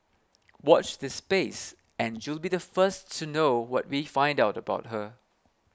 watch this space and you'll be the first to know what we find out about her